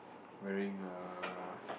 wearing a